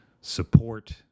support